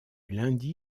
lundi